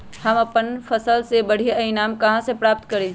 हम अपन फसल से बढ़िया ईनाम कहाँ से प्राप्त करी?